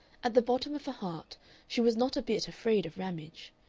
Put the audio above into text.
at the bottom of her heart she was not a bit afraid of ramage.